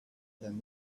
than